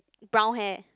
brown hair